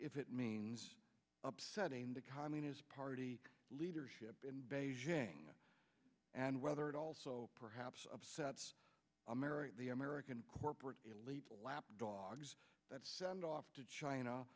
if it means upsetting the communist party leadership in beijing and whether it also perhaps upsets america the american corporate elite lapdogs that send off to china